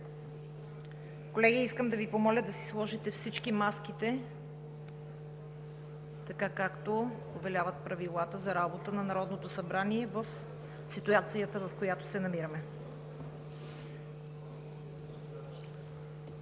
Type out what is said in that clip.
Колеги, искам да Ви помоля да си сложите всички маските, така както повеляват Правилата за работа на Народното събрание в ситуацията, в която се намираме.